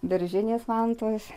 beržinės vantos